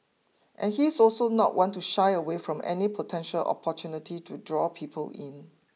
and he's also not one to shy away from any potential opportunity to draw people in